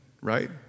right